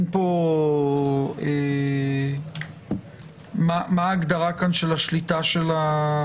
אם היא מאה אחוז של המדינה,